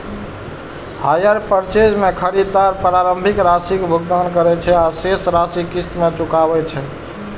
hire purchase मे खरीदार प्रारंभिक राशिक भुगतान करै छै आ शेष राशि किस्त मे चुकाबै छै